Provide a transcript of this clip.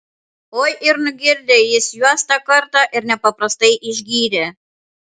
oi ir nugirdė jis juos tą kartą ir nepaprastai išgyrė